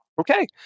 Okay